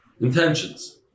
intentions